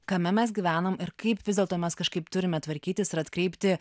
kame mes gyvenam ir kaip vis dėlto mes kažkaip turime tvarkytis ir atkreipti